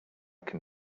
can